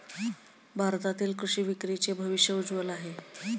भारतातील कृषी विक्रीचे भविष्य उज्ज्वल आहे